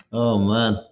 oh, man.